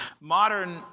modern